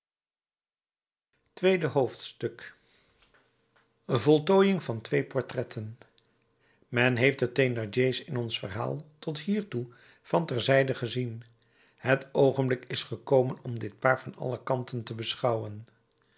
tweede hoofdstuk voltooiing van twee portretten men heeft de thénardier's in ons verhaal tot hiertoe van ter zijde gezien het oogenblik is gekomen om dit paar van alle kanten te beschouwen